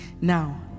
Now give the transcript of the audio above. Now